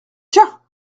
tiens